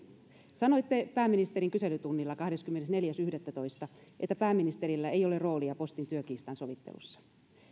sanoitte pääministerin kyselytunnilla kahdeskymmenesneljäs yhdettätoista että pääministerillä ei ole roolia postin työkiistan sovittelussa